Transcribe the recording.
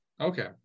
Okay